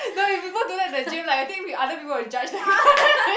no if people do that to the gym like I think we other people will judge damn hard